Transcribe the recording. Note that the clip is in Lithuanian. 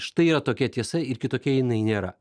štai yra tokia tiesa ir kitokia jinai nėra